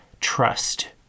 trust